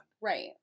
Right